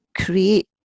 create